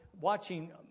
watching